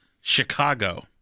Chicago